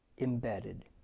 embedded